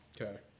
Okay